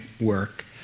work